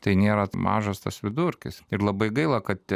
tai nėra mažas tas vidurkis ir labai gaila kad